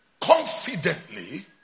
confidently